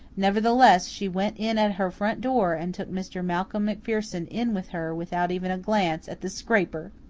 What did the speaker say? nevertheless, she went in at her front door and took mr. malcolm macpherson in with her without even a glance at the scraper!